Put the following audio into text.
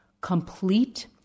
Complete